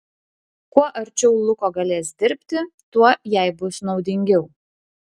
kuo arčiau luko galės dirbti tuo jai bus naudingiau